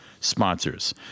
sponsors